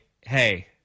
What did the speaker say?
hey